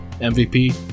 MVP